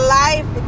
life